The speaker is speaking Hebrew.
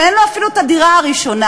שאין לו אפילו את הדירה הראשונה?